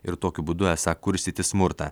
ir tokiu būdu esą kurstyti smurtą